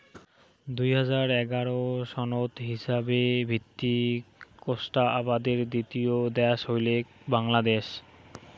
দুই হাজার এগারো সনত হিছাবে ভিত্তিক কোষ্টা আবাদের দ্বিতীয় দ্যাশ হইলেক বাংলাদ্যাশ